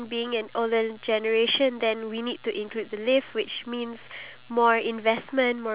to think of it we're doing stuff that we don't even see whether it will benefit us or not